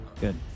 Good